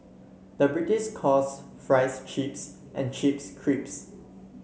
the British calls fries chips and chips cripes